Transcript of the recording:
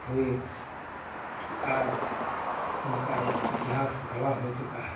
हुए कि आज उनका एक इतिहास गवाह हो चुका है